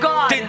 God